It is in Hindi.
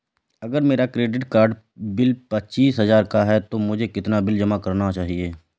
अगर मेरा क्रेडिट कार्ड बिल पच्चीस हजार का है तो मुझे कितना बिल जमा करना चाहिए?